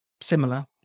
similar